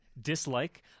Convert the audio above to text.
dislike